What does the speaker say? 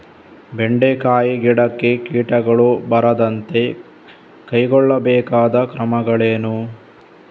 ಬೆಂಡೆಕಾಯಿ ಗಿಡಕ್ಕೆ ಕೀಟಗಳು ಬಾರದಂತೆ ಕೈಗೊಳ್ಳಬೇಕಾದ ಕ್ರಮಗಳೇನು?